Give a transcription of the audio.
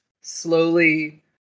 slowly